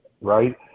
right